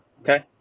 okay